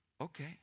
Okay